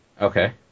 okay